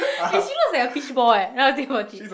and she looks like a fishball eh not that I think about it